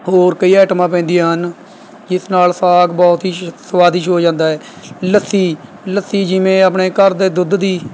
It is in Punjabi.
ਹੋਰ ਕਈ ਆਈਟਮਾਂ ਪੈਂਦੀਆ ਹਨ ਜਿਸ ਨਾਲ ਸਾਗ ਬਹੁਤ ਹੀ ਸਵਾਦਿਸ਼ਟ ਹੋ ਜਾਂਦਾ ਹੈ ਲੱਸੀ ਲੱਸੀ ਜਿਵੇਂ ਆਪਣੇ ਘਰ ਦੇ ਦੁੱਧ ਦੀ